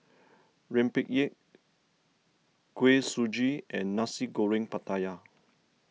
Rempeyek Kuih Suji and Nasi Goreng Pattaya